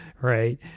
right